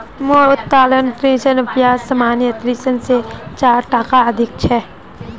मोर उत्तोलन ऋनेर ब्याज सामान्य ऋण स चार टका अधिक छ